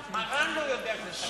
מרן לא יודע שזה תקציב נפלא.